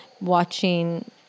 watching